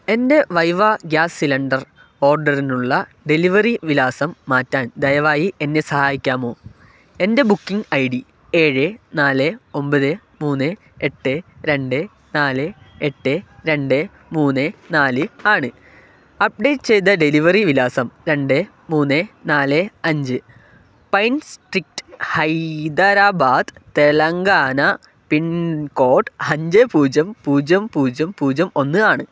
എൻ്റെ വൈവ gas cylinder ഓർഡറിനുള്ള ഡെലിവറി വിലാസം മാറ്റാൻ ദയവായി എന്നെ സഹായിക്കാമോ എൻ്റെ ബുക്കിംഗ് ഐ ഡി ഏഴ് നാല് ഒന്പത് മൂന്ന് എട്ട് രണ്ട് നാല് എട്ട് രണ്ട് മൂന്ന് നാല് ആണ് അപ്ഡേറ്റ് ചെയ്ത ഡെലിവറി വിലാസം രണ്ട് മൂന്ന് നാല് അഞ്ച് pine street Hyderabad Telangana pin code അഞ്ച് പൂജ്യം പൂജ്യം പൂജ്യം പൂജ്യം ഒന്ന് ആണ്